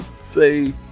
say